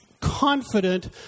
confident